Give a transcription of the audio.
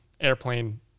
airplane